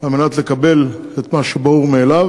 כדי לקבל את מה שברור מאליו,